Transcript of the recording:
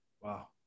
Wow